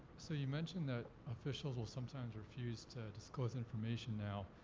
so you mentioned that officials will sometimes refuse to disclose information now.